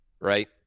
right